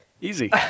Easy